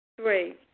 Three